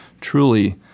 truly